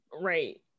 Right